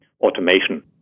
automation